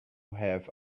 have